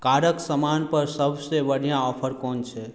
कारक समान पर सभसँ बढ़िऑं ऑफर कोन छै